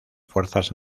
fuerzas